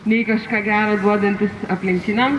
nei kažką gerai duodantis aplinkiniams